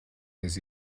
his